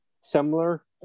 similar